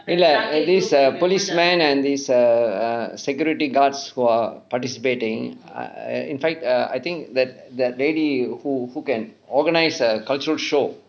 இல்லை:illai err this err policeman and this err err security guards who are participating in fact uh I think that that lady who who can organise a cultural show